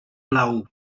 blau